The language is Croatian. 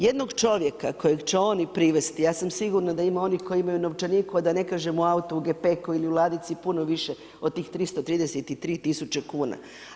Jednog čovjeka kojeg će oni privesti, ja sam sigurna da ima onih koji imaju novčanik da ne kaže u autu, u gepeku ili u ladici puno više od tih 333 tisuće kuna.